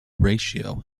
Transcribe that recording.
ratio